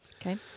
Okay